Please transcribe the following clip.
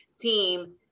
team